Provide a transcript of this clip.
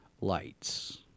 lights